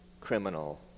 criminal